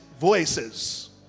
voices